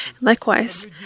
Likewise